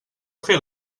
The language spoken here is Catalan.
fer